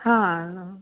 हा